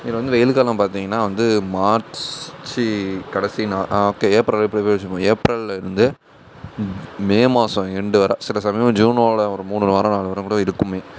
இதில் வந்து வெயில் காலம் பார்த்திங்கன்னா வந்து மார்ச்சி கடைசி ஆஹ் ஓகே ஏப்ரல் ஏப்ரலே வச்சுப்போம் ஏப்ரலில் இருந்து மே மாதம் எண்டு வரை சில சமயம் ஜூனோட ஒரு மூணு வாரம் நாலு வாரம் கூட இருக்கும்